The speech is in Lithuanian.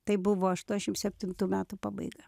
tai buvo aštuonšim septintų metų pabaiga